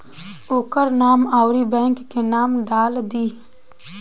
ओकर नाम अउरी बैंक के नाम डाल दीं